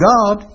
God